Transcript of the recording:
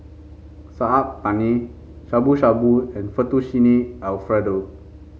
Saag Paneer Shabu Shabu and Fettuccine Alfredo